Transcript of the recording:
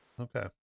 okay